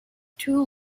two